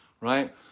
right